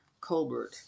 Colbert